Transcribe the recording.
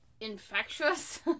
infectious